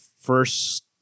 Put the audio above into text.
first